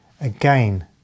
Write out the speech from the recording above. again